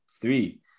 three